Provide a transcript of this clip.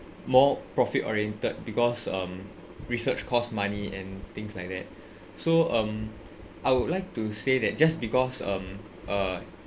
more profit oriented because um research costs money and things like that so um I would like to say that just because um uh